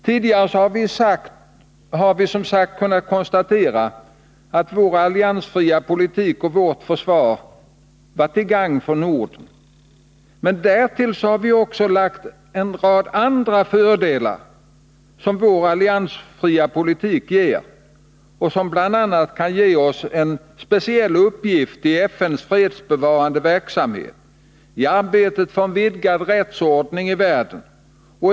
Tidigare har vi som sagt kunnat konstatera att vår alliansfria politik och vårt försvar varit till gagn för Norden, men därtill har vi lagt en rad andra fördelar som vår alliansfria politik medför och som bl.a. kan ge oss en speciell uppgift i FN:s fredsbevarande verksamhet, i arbetet för en vidgad rättsordning i världen.